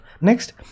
next